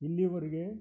ಇಲ್ಲಿವರೆಗೆ